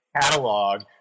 catalog